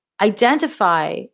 identify